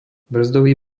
brzdový